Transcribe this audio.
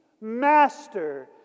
Master